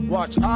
Watch